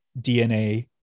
DNA